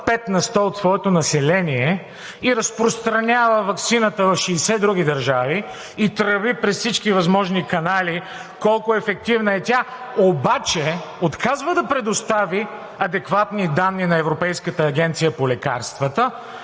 5 на сто от своето население и разпространява ваксината в 60 други държави и тръби през всички възможни канали колко ефективна е тя, обаче отказва да предостави адекватни данни на Европейска агенция по лекарствата,